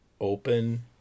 open